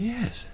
Yes